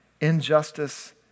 injustice